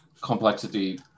complexity